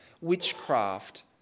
witchcraft